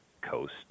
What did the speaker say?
Coast